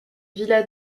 villa